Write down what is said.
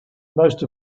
most